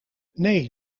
nee